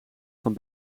van